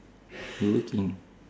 you working